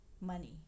money